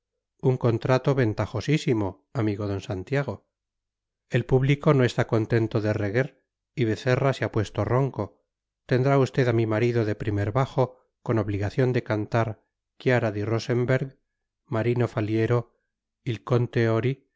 un contrato ventajosísimo amigo don santiago el público no está contento de reguer y becerra se ha puesto ronco tendrá usted a mi marido de primer bajo con obligación de cantar chiara di rosemberg marino faliero il conte